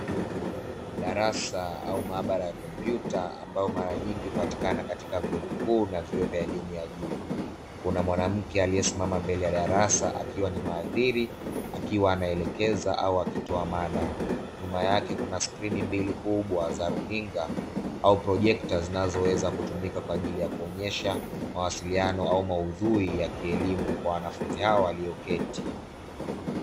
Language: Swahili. Darasa au maabara ya kompyuta ambayo mara nyingi hupatikana katika vyuo vikuu na vyuo vya elimu ya juu, kuna mwanamke aliyesimama mbele ya darasa akiwa ni mhadhiri akiwa anaelekeza au akitoa mada, nyuma yake kuna skirini mbili kubwa za runinga au projecta zinazoweza kutumika kwa ajili ya kuonyesha mawasiliano au maudhui ya kielimu kwa wanafunzi hawa walioketi.